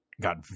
got